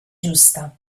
giusta